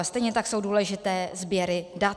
Stejně tak jsou důležité sběry dat.